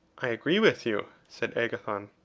i agree with you, said agathon.